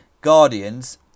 Guardians